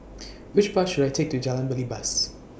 Which Bus should I Take to Jalan Belibas